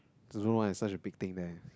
don't know why it's such a big thing there